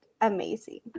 amazing